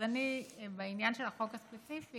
אז אני, בעניין של החוק הספציפי,